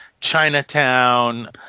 Chinatown